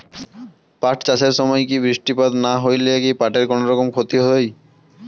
পাট চাষ এর সময় বৃষ্টিপাত না হইলে কি পাট এর কুনোরকম ক্ষতি হয়?